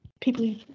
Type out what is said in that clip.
people